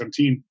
2017